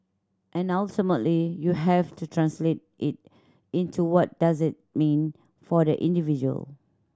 and ultimately you have to translate it into what does it mean for the individual